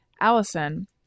Allison